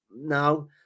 no